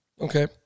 Okay